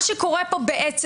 מה שקורה בעצם,